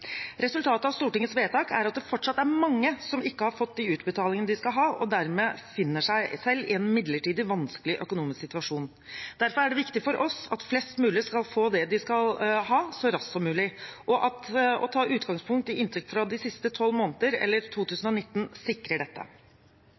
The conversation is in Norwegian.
Resultatet av Stortingets vedtak er at det fortsatt er mange som ikke har fått de utbetalingene de skal ha, og dermed befinner seg i en midlertidig vanskelig økonomisk situasjon. Derfor er det viktig for oss at flest mulig skal få det de skal ha, så raskt som mulig. Å ta utgangspunkt i inntekt fra de siste tolv måneder, eller